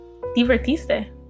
Divertiste